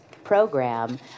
program